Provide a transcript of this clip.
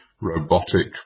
robotic